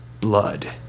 Blood